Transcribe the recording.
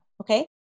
okay